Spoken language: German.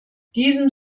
diesen